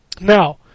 Now